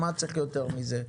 מה צריך יותר מזה?